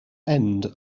end